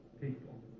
people